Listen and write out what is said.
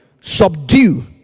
Subdue